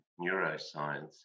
neuroscience